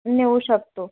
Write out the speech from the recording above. नेऊ शकतो